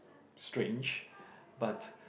strange but